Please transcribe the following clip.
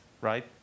right